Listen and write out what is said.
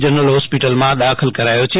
general હોસ્પિટલમાં દાખલ કરાયો છે